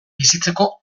bizitzeko